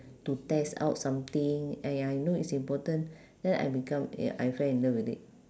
to test out something !aiya! I know it's important then I become a~ I fell in love with it